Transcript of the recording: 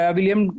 William